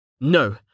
No